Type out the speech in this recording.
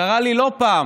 קרה לי לא פעם